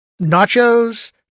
nachos